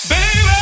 Baby